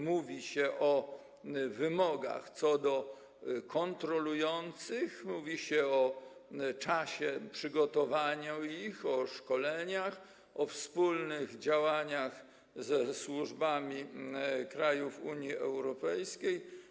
Mówi się o wymogach co do kontrolujących, o czasie ich przygotowania, o szkoleniach, o wspólnych działaniach ze służbami krajów Unii Europejskiej.